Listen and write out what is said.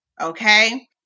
Okay